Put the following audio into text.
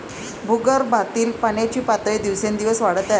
भूगर्भातील पाण्याची पातळी दिवसेंदिवस वाढत आहे